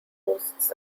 hosts